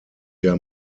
der